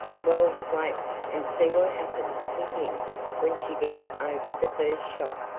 well, wait and see what happens to him when she gets over the first shock,